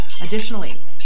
Additionally